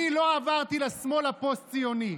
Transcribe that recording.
אני לא עברתי לשמאל הפוסט-ציוני.